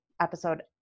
episode